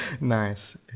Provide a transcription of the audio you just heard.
Nice